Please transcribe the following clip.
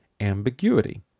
ambiguity